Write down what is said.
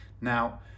now